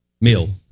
meal